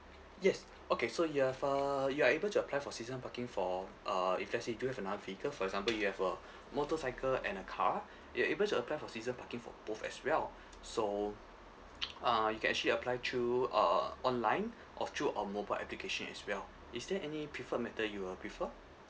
yes okay so you have uh you are able to apply for season parking for uh if let's say do you have another vehicle for example you have a motorcycle and a car you're able to apply for season parking for both as well so ah you can actually apply through uh online or through our mobile application as well is there any preferred method you will prefer